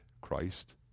Christ